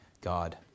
God